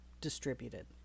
distributed